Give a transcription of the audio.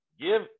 give